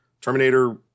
Terminator